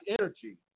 Energy